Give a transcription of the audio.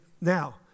Now